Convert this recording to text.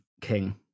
king